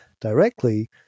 directly